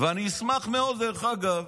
ודרך אגב,